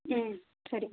ம் சரி சார்